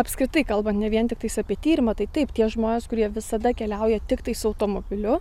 apskritai kalba ne vien tiktais apie tyrimą tai taip tie žmonės kurie visada keliauja tiktai su automobiliu